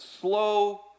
slow